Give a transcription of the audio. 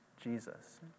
jesus